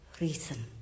reason